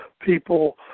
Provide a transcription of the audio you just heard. people